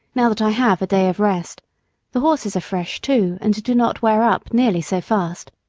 now that i have a day of rest the horses are fresh too, and do not wear up nearly so fast.